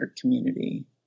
community